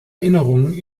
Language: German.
erinnerung